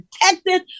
protected